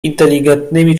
inteligentnymi